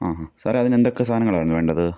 ആ ആ സാറെ അതിനെന്തൊക്കെ സാധനങ്ങളാണ് വേണ്ടത്